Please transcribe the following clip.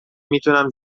میتونم